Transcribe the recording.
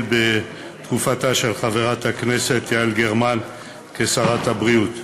בתקופתה של חברת הכנסת יעל גרמן כשרת הבריאות.